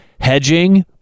hedging